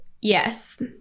Yes